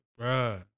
Bruh